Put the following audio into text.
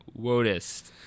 Wotus